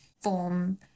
form